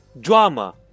Drama